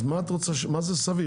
מה זה סביר?